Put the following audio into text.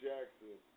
Jackson